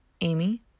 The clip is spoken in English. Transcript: Amy